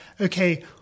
okay